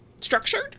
structured